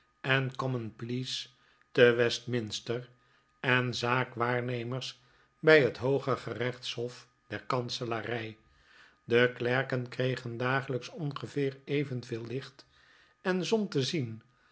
en common pleas te westminster en zaakwaarnemers bij hot hooge gerechtshof der kanselarij de klerken kregen dagelijks ongeveer evenveel licht en zon te zien